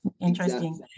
Interesting